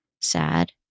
sad